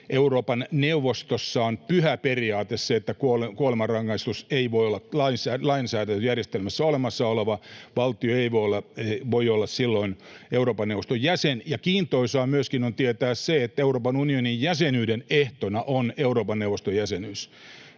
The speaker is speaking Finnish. Euroopan neuvostossa on pyhä periaate se, että kuolemanrangaistus ei voi olla lainsäädäntöjärjestelmässä: olemassa oleva valtio ei voi olla silloin Euroopan neuvoston jäsen. Ja kiintoisaa myöskin on tietää se, että Euroopan unionin jäsenyyden ehtona on Euroopan neuvoston jäsenyys